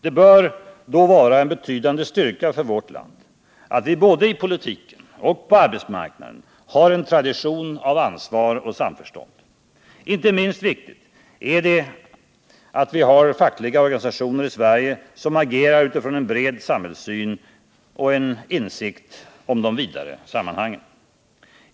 Det bör då vara en betydande styrka för vårt land att vi både i politiken och på arbetsmarknaden har en tradition av ansvar och samförstånd. Inte minst viktigt är det att vi har fackliga organisationer i Sverige som agerar utifrån en bred samhällssyn och en insikt om de vidare sammanhangen.